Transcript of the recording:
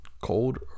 Cold